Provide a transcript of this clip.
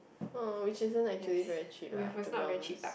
uh which isn't actually very cheap lah to be honest